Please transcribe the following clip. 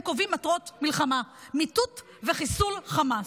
הם קובעים את מטרות המלחמה: מיטוט וחיסול חמאס.